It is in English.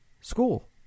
school